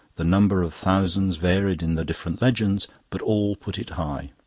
the number of thousands varied in the different legends, but all put it high.